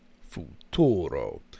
futuro